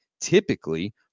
typically